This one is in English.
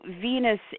Venus